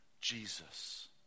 Jesus